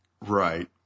Right